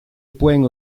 poing